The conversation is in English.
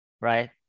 right